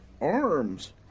Arms